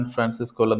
Francisco